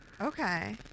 Okay